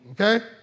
okay